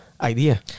idea